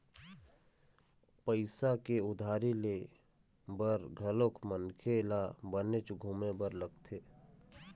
पइसा के उधारी ले बर घलोक मनखे ल बनेच घुमे बर लगथे